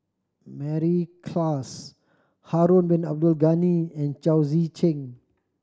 Mary Klass Harun Bin Abdul Ghani and Chao Tzee Cheng